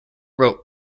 wrote